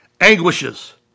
anguishes